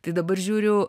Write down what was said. tai dabar žiūriu